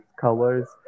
colors